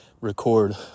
record